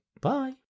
Bye